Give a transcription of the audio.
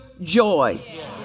joy